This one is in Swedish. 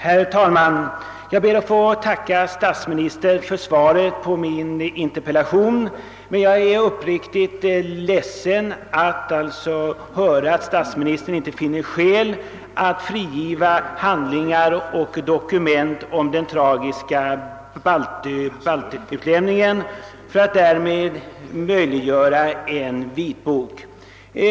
Herr talman! Jag ber att få tacka statsministern för svaret på min interpellation. Jag är dock uppriktigt ledsen att höra, att stasministern inte finner skäl att frigiva handlingar och dokument om den tragiska baltutlämningen för att därmed möjliggöra utarbetandet av en vitbok.